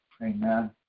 Amen